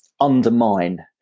undermine